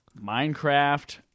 Minecraft